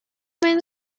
man